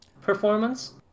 performance